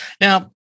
Now